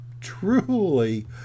truly